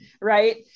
right